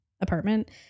apartment